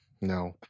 No